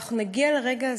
אנחנו נגיע לרגע,